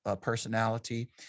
personality